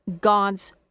God's